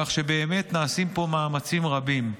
כך שבאמת נעשים פה מאמצים רבים.